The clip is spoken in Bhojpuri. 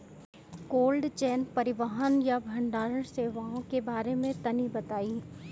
कोल्ड चेन परिवहन या भंडारण सेवाओं के बारे में तनी बताई?